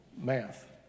math